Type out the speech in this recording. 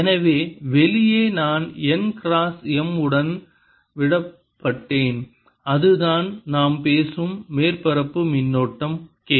எனவே வெளியே நான் n கிராஸ் M உடன் விடப்பட்டேன் அதுதான் நாம் பேசும் மேற்பரப்பு மின்னோட்டம் k